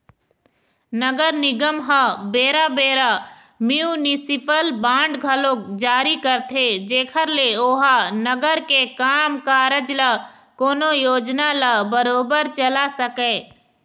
नगर निगम ह बेरा बेरा म्युनिसिपल बांड घलोक जारी करथे जेखर ले ओहा नगर के काम कारज ल कोनो योजना ल बरोबर चला सकय